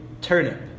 turnip